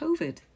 COVID